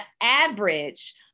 average